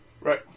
Right